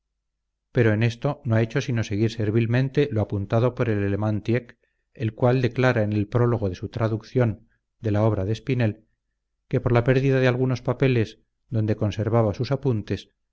pero en esto no ha hecho sino seguir servilmente lo apuntado por el alemán tieck el cual declara en el prólogo de su traducción de la obra de espinel que por la pérdida de algunos papeles donde conservaba sus apuntes